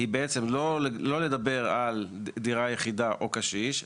היא בעצם לא לדבר על דירה יחידה או קשיש,